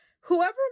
whoever